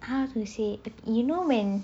how to say you know when